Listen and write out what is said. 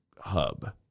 hub